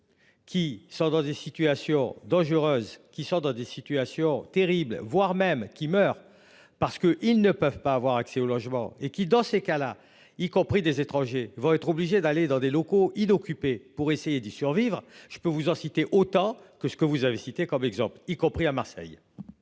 Qui sont dans des situations dangereuses qui sont dans des situations terribles, voire même qui meurent parce qu'ils ne peuvent pas avoir accès au logement et qui dans ces cas-là, y compris des étrangers vont être obligés d'aller dans des locaux inoccupés pour essayer d'y survivre. Je peux vous en citer autant que ce que vous avez cité comme exemple, y compris à Marseille.